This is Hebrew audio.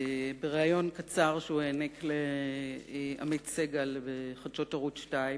בריאיון קצר שהוא העניק לעמית סגל בחדשות ערוץ-2,